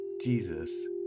Jesus